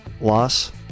loss